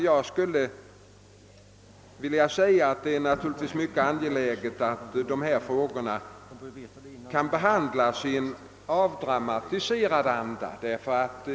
Jag vill framhålla att det är angeläget att dessa frågor behandlas i en avdramatiserad atmosfär.